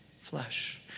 flesh